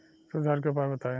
सुधार के उपाय बताई?